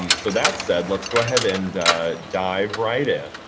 um so that said let's go ahead and dive right in.